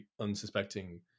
unsuspecting